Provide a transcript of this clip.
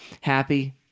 happy